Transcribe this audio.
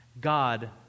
God